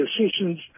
decisions